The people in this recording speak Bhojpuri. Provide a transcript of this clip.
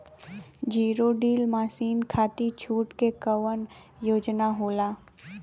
जीरो डील मासिन खाती छूट के कवन योजना होला?